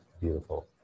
beautiful